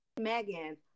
Megan